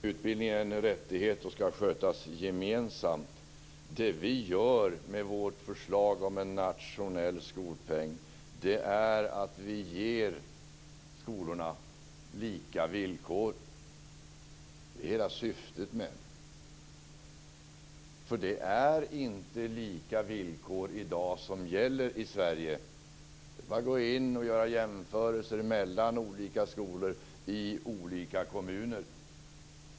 Herr talman! Utbildning är en rättighet och skall skötas gemensamt, säger Lennart Gustavsson. Det vi gör med vårt förslag om en nationell skolpeng är att ge skolorna lika villkor. Det är hela syftet med detta. För det är inte lika villkor som gäller i Sverige i dag. Det är bara att gå in och göra jämförelser mellan olika skolor i olika kommuner.